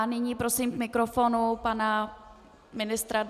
Nyní prosím k mikrofonu pana ministra.